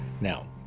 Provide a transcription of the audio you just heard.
Now